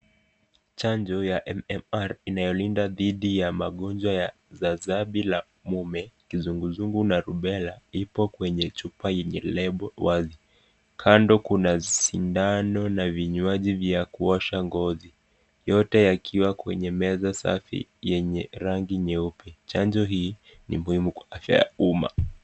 Chanjo ya MMR inayolinda dhidi ya magonjwa ya zaza bila mume, kizunguzungu na rubella ipo kwenye chupa yenye label wazi. Kando kuna sindano na vinywaji vya kuosha ngozi. Yote yakiwa kwenye meza safi yenye rangi nyeupe. Chanjo hii ni muhimu kwa afya ya umma.